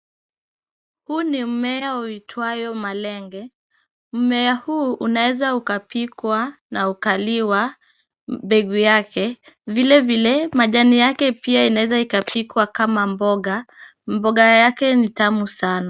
Huu ni mmea uitwao malenge. Mmea huu unaweza ukapikwa na ukaliwa mbegu yake, vilevile majani yake pia naweza ikapikwa kama mboga. Mboga yake ni tamu sana.